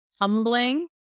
humbling